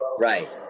Right